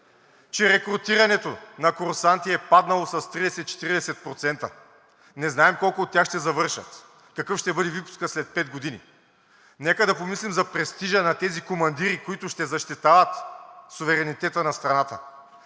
че рекрутирането на курсанти е паднало с 30 – 40%. Не знаем колко от тях ще завършат. Какъв ще бъде випускът след пет години. Нека да помислим за престижа на тези командири, които ще защитават суверенитета на страната.